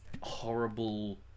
Horrible